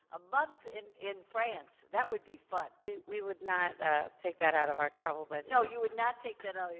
a month in in france. that would be fun. we we would not take that out of our travel budget. no you would not take that out of